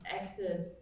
acted